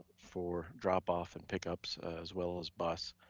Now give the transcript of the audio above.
for drop-off and pickups, as well as bus.